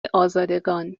آزادگان